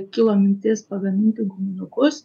kilo mintis pagaminti guminukus